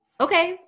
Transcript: okay